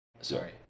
Sorry